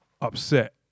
upset